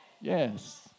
Yes